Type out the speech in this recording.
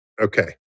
Okay